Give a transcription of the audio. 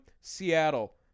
Seattle